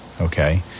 okay